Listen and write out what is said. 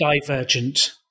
divergent